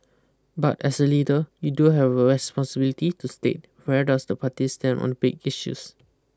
but as a leader you do have a responsibility to state where does the party stand on big issues